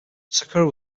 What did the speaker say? sakura